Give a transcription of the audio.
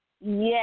Yes